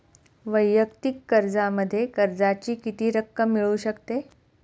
वैयक्तिक कर्जामध्ये कर्जाची किती रक्कम मिळू शकते?